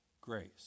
grace